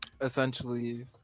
essentially